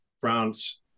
France